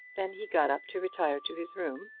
then he got up to retire to his room,